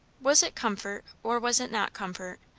was it comfort, or was it not comfort,